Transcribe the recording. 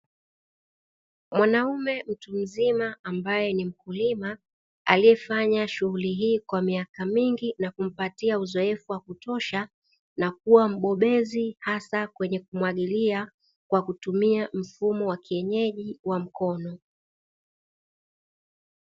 Mwanaume mtu mzima ambaye ni mkulima aliyefanya shughuli hii kwa miaka mingi na kumpatia uzoefu wa kutosha na kuwa mbobezi hasa kwenye kumwagilia kwa kutumia mfumo wa kienyeji wa mkono.